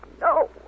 no